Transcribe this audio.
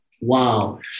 Wow